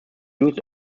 used